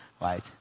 right